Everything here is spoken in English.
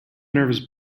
nervous